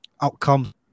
outcomes